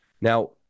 Now